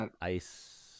ice